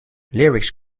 lyrics